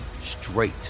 straight